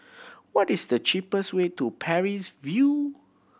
what is the cheapest way to Parries View